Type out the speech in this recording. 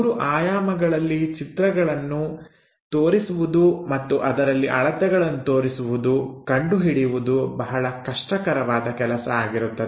ಮೂರು ಆಯಾಮಗಳಲ್ಲಿ ಚಿತ್ರಗಳನ್ನು ತೋರಿಸುವುದು ಮತ್ತು ಅದರಲ್ಲಿ ಅಳತೆಗಳನ್ನು ತೋರಿಸುವುದು ಕಂಡುಹಿಡಿಯುವುದು ಬಹಳ ಕಷ್ಟಕರವಾದ ಕೆಲಸ ಆಗಿರುತ್ತದೆ